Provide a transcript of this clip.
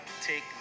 take